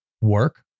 work